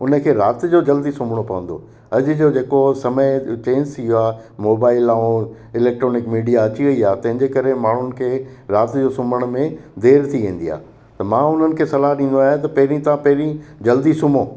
उन खे राति जो जल्दी सुम्हणो पवंदो अॼ जो जेको समय चेंज थी वियो आहे मोबाइल ऐं इलेक्ट्रोनिक मीडिया अची वई आहे तंहिंजे करे माण्हुनि खे राति जो सुम्हण में देरि थी वेंदी आहे त मां उन्हनि खे सलाह ॾींदो आहियां त पहिरीं तव्हां पहिरीं जल्दी सुम्हो